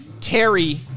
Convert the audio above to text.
Terry